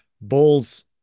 bulls